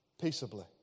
peaceably